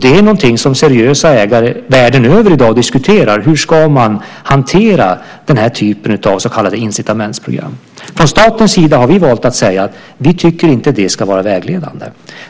Det är någonting som seriösa ägare världen över i dag diskuterar. Hur ska man hantera den här typen av så kallade incitamentsprogram? Från statens sida har vi valt att säga att vi inte tycker att det ska vara vägledande.